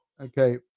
Okay